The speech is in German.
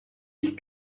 ich